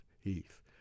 Heath